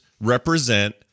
represent